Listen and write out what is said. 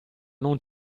non